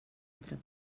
altra